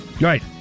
Right